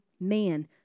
man